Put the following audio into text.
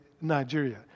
Nigeria